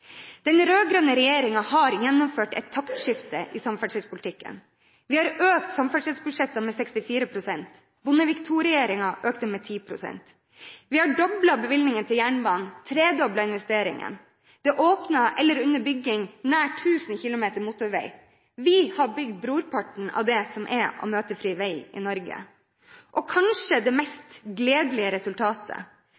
Den rød-grønne regjeringen har gjennomført et taktskifte i samferdselspolitikken. Vi har økt samferdselsbudsjettet med 64 pst. Bondevik II-regjeringen økte det med 10 pst. Vi har doblet bevilgningen til jernbanen, og tredoblet investeringen. Nær 1 000 km motorvei er åpnet eller under bygging. Vi har bygd brorparten av det som er av møtefri vei i Norge. Og kanskje det